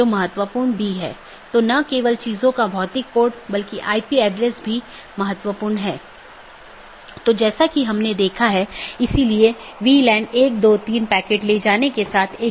दूसरा अच्छी तरह से ज्ञात विवेकाधीन एट्रिब्यूट है यह विशेषता सभी BGP कार्यान्वयन द्वारा मान्यता प्राप्त होनी चाहिए